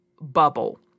bubble